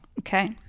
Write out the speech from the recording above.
okay